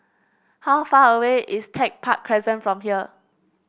how far away is Tech Park Crescent from here